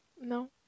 No